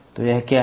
तो यह क्या है